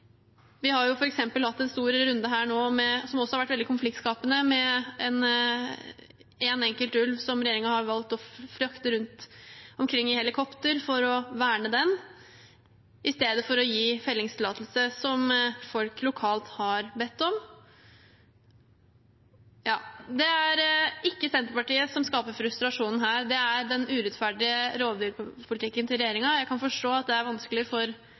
Vi har jo f.eks. hatt en stor runde her nå, som også har vært veldig konfliktskapende, med én enkelt ulv som regjeringen har valgt å frakte rundt omkring i helikopter for å verne den i stedet for å gi fellingstillatelse, som folk lokalt har bedt om. Det er ikke Senterpartiet som skaper frustrasjonen her. Det er den urettferdige rovdyrpolitikken til regjeringen. Jeg kan forstå at det er vanskelig